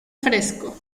fresco